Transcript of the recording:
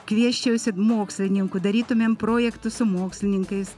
kviesčiausi mokslininkų darytumėm projektus su mokslininkais